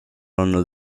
olnud